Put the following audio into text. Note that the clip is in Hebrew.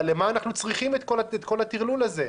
בשביל מה אנחנו צריכים את כל הטרלול הזה?